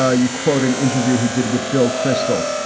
ah you quote an interview he did with bill kristol,